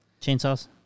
Chainsaws